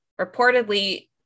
reportedly